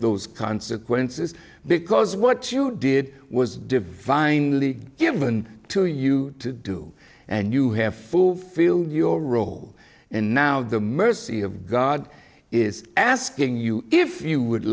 those consequences because what you did was divinely given to you to do and you have fulfilled your role and now the mercy of god is asking you if you would